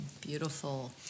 Beautiful